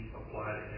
applied